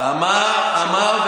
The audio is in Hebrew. אמר,